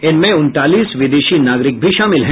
इनमें उनतालीस विदेशी नागरिक भी शामिल है